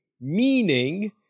meaning